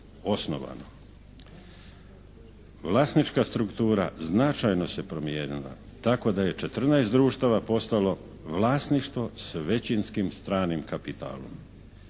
osnovano. Vlasnička struktura značajno se promijenila tako da je četrnaest društava postalo vlasništvo s većinskim stranim kapitalom.